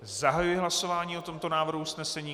Zahajuji hlasování o tomto návrhu usnesení.